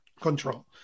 control